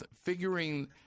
figuring